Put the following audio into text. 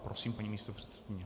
Prosím, paní místopředsedkyně.